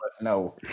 no